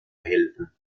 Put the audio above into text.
helfen